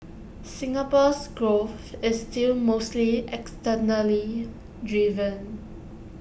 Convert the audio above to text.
Singapore's growth is still mostly externally driven